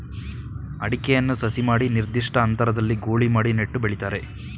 ಅಡಿಕೆಯನ್ನು ಸಸಿ ಮಾಡಿ ನಿರ್ದಿಷ್ಟ ಅಂತರದಲ್ಲಿ ಗೂಳಿ ಮಾಡಿ ನೆಟ್ಟು ಬೆಳಿತಾರೆ